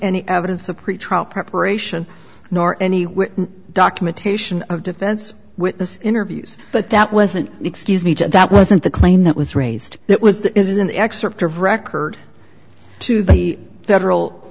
any evidence of pretrial preparation nor any documentation of defense witness interviews but that wasn't an excuse me that wasn't the claim that was raised that was that is an excerpt of record to the federal